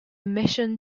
mission